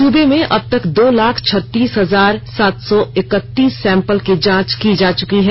सूबे में अब तक दो लाख छत्तीस हजार सात सौ इक्कतीस सैंपल की जांच की जा चुकी है